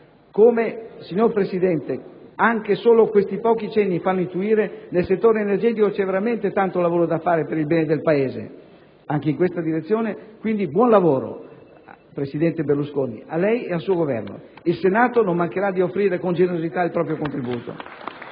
Signor Presidente, come già questi pochi cenni fanno intuire, nel settore energetico c'è veramente tanto lavoro da fare per il bene del Paese. Anche in questa direzione, buon lavoro, quindi, presidente Berlusconi, a lei e al suo Governo. Il Senato non mancherà di offrire, con generosità, il proprio contributo.